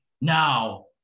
Now